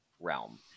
realm